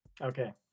Okay